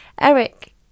Eric